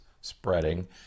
spreading